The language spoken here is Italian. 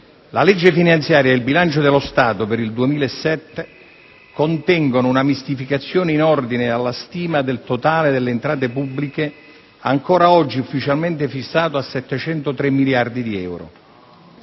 La legge finanziaria e il bilancio dello Stato per il 2007 contengono una mistificazione in ordine alla stima del totale delle entrate pubbliche, ancora oggi ufficialmente fissato a 703 miliardi di euro.